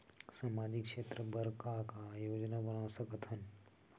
सामाजिक क्षेत्र बर का का योजना बना सकत हन?